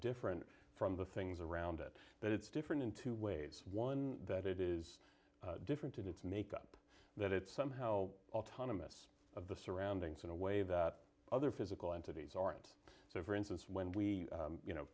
different from the things around it that it's different in two ways one that it is different in its makeup that it's somehow autonomous of the surroundings in a way that other physical entities aren't so for instance when we